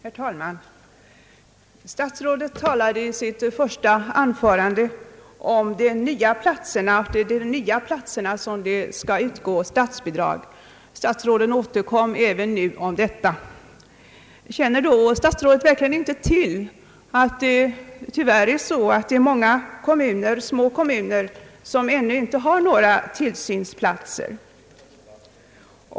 Herr talman! Statsrådet Odhnoff talade i sitt första anförande om de nya tillsynsplatserna och nämnde att det är till de nya platserna som statsbidrag skall utgå statsrådet återkom även i sitt senaste inlägg till detta. Känner då verkligen inte statsrådet till att det tyvärr förhåller sig på det sättet, att många små kommuner inte har några tillsynsplatser?